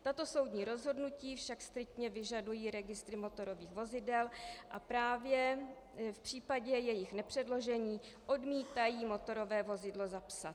Tato soudní rozhodnutí však striktně vyžadují registry motorových vozidel a právě v případě jejich nepředložení odmítají motorové vozidlo zapsat.